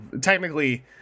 technically